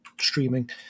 streaming